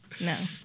no